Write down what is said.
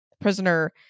prisoner